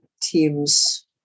teams